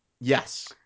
Yes